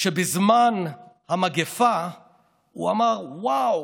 שבזמן המגפה אמר, וואו,